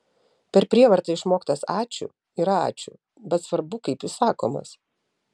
per prievartą išmoktas ačiū yra ačiū bet svarbu kaip jis sakomas